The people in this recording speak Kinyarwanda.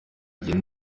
igihe